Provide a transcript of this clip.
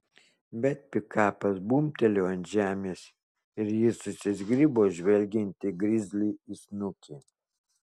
bet pikapas bumbtelėjo ant žemės ir ji susizgribo žvelgianti grizliui į snukį